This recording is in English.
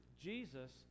Jesus